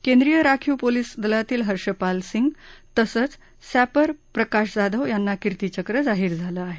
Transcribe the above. केंद्रीय राखीव पोलिस दलातील हर्षपाल सिंग तसंच सॅप्पर प्रकाश जाधव यांना किर्तीचक्र जाहीर झाले आहेत